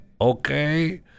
okay